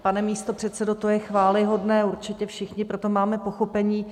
Pane místopředsedo, to je chvályhodné, určitě všichni pro to máme pochopení.